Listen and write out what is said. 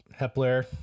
Hepler